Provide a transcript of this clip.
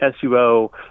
SUO